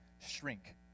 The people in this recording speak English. shrink